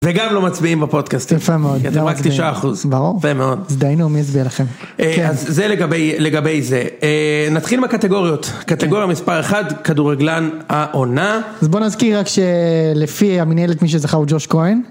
וגם לא מצביעים בפודקאסט. יפה מאוד. כי אתם רק תשעה אחוז. ברור. יפה מאוד. זדיינו מי יצביע לכם. אז זה לגבי זה. נתחיל עם הקטגוריות. קטגוריה מספר 1, כדורגלן העונה. אז בוא נזכיר רק שלפי המנהלת מי שזכה הוא ג'וש כהן.